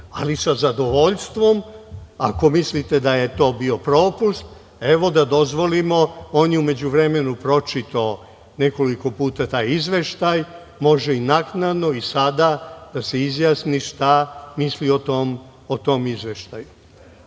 ali sa zadovljstvom ako mislite da to bio propust da dozvolimo, on je u međuvremenu pročitao nekoliko puta taj izveštaj, može i naknadno i sada da se izjasni šta misli o tome izveštaju,